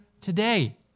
today